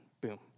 Boom